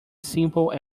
simple